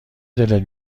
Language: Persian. دلت